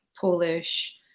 Polish